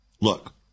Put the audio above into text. Look